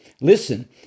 Listen